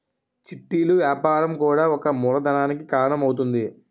చిట్టీలు వ్యాపారం కూడా ఒక మూలధనానికి కారణం అవుతుంది